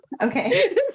Okay